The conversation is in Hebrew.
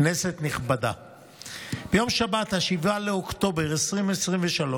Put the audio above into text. כנסת נכבדה, ביום שבת 7 באוקטובר 2023,